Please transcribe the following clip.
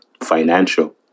financial